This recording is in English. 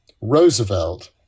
Roosevelt